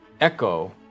Echo